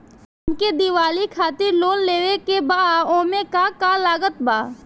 हमके दिवाली खातिर लोन लेवे के बा ओमे का का लागत बा?